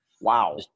Wow